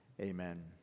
amen